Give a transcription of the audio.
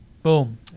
Boom